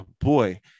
boy